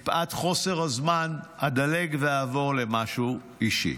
מפאת חוסר הזמן, אדלג ואעבור למשהו אישי.